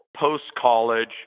post-college